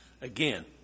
again